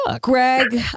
Greg